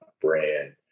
brand